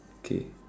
okay